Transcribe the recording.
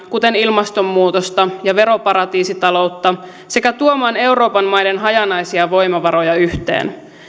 kuten ilmastonmuutosta ja veroparatiisita loutta sekä tuomaan euroopan maiden hajanaisia voimavaroja yhteen